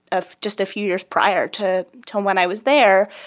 ah just a few years prior to to um when i was there.